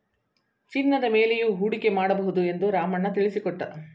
ಚಿನ್ನದ ಮೇಲೆಯೂ ಹೂಡಿಕೆ ಮಾಡಬಹುದು ಎಂದು ರಾಮಣ್ಣ ತಿಳಿಸಿಕೊಟ್ಟ